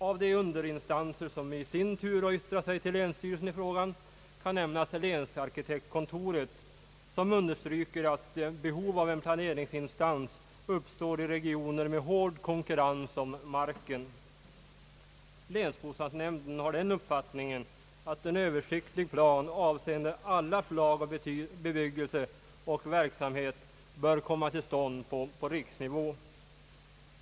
Av de underinstanser som i sin tur yttrat sig till länsstyrelsen i frågan kan nämnas länsarkitektkontoret, som understryker att behov av en planerings instans uppstår i regioner med hård konkurrens om marken. Länsbostadsnämnden har den uppfattningen, att en översiktlig plan avseende alla slag av bebyggelse och verksamhet bör komma till stånd på riksnivå.